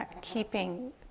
keeping